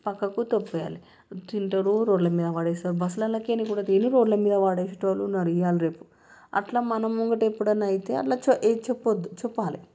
పక్కకు దొబ్బేయాలి పక్కింటి వాళ్ళు రోడ్ల మీద పడేస్తారు బస్సులల కెళ్ళి కూడా తిని రోడ్లమీద పడేసేటి వాళ్ళు ళ్ళు ఉన్నారు ఇయాల రేపు అట్లా మన ముంగట ఎప్పుడైనా అయితే అట్లా చెప్పొద్దు చెప్పాలి